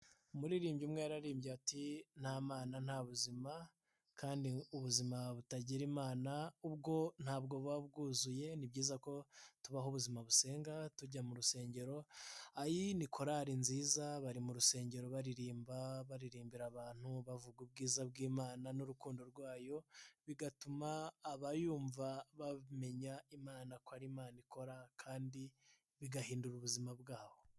Umuririmbyi umwe yararimbye ati: "Nta Mana, nta buzima kandi ubuzima butagira Imana ubwo ntabwo buba bwuzuye", ni byiza ko tubaho ubuzima busenga tujya mu rusengero, Ayi ni korali nziza, bari mu rusengero baririmba, baririmbira abantu bavuga ubwiza bw'Imana n'urukundo rwayo, bigatuma ababumva bamenya Imana ko ari Imana ikora kandi bigahindura ubuzima bwabo.